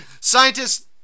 scientists